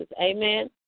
Amen